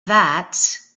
that